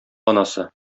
анасы